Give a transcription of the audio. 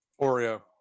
Oreo